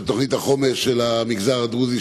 תוכנית החומש למגזר הדרוזי,